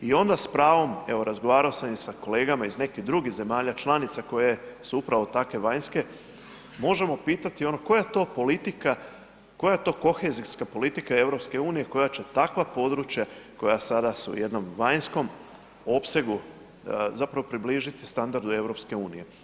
I onda s pravom, evo razgovarao sam i s kolegama iz nekih drugih zemalja članica koje su upravo takve vanjske možemo pitati, koja je to politika koja je to kohezijska politika EU koja će takva područja koja su sada u jednom vanjskom opsegu približiti standardu EU?